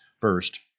First